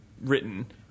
written